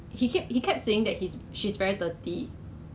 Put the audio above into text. then the only shopping mall we can go is the supermarket